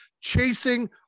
chasing